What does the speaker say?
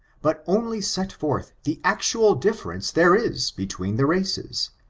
but only set forth the actual difference there is between the races,